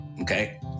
okay